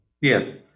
Yes